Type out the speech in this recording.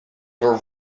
were